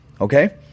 okay